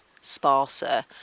sparser